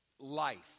Life